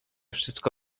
wszystko